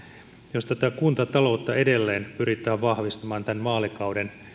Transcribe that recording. jos tätä kuntataloutta edelleen pyritään vahvistamaan tämän vaalikauden